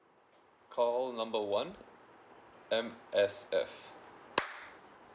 call number one M_S_F